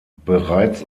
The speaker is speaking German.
bereits